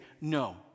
no